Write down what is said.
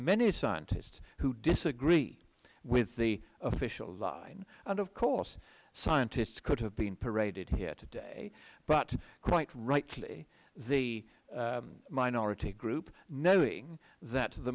many scientists who disagree with the official line and of course scientists could have been paraded here today but quite rightly the minority group knowing that the